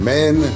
men